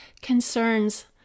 concerns